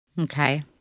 Okay